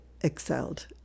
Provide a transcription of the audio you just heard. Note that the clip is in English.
excelled